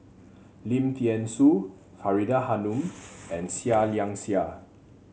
Lim Thean Soo Faridah Hanum and Seah Liang Seah